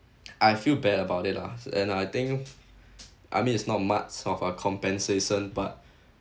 I feel bad about it lah and I think I mean it's not much of a compensation but